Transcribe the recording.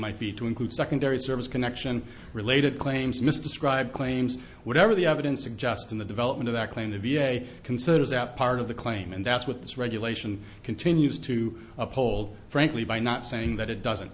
might be to include secondary service connection related claims mr scribe claims whatever the evidence suggests in the development of that claim to v a considers that part of the claim and that's what this regulation continues to uphold frankly by not saying that it doesn't